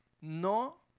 no